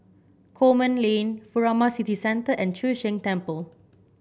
Coleman Lane Furama City Centre and Chu Sheng Temple